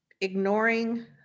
ignoring